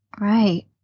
Right